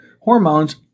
hormones